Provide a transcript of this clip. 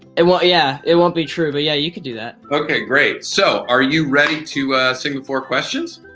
it won't yeah it won't be true, but yeah, you could do that. okay, great. so, are you ready to sing the four questions?